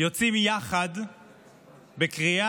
יוצאים יחד בקריאה,